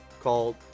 called